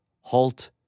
Halt